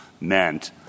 meant